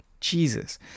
Jesus